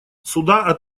суда